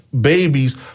babies